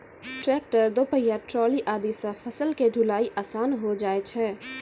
tractor, दो पहिया trolley आदि सॅ फसल के ढुलाई आसान होय जाय छै